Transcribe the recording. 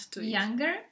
younger